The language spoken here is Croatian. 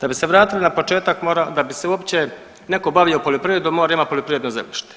Da bi se vratili na početak mora, da bi se uopće neko bavio poljoprivredom mora imat poljoprivredno zemljište